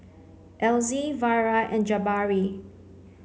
Elzie Vara and Jabari